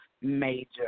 major